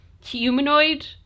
humanoid